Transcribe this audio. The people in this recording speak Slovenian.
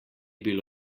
bilo